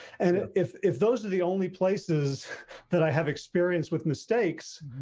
and if if those are the only places that i have experienced with mistakes,